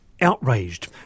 outraged